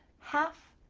half,